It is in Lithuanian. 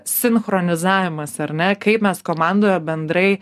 sinchronizavimas ar ne kaip mes komandoje bendrai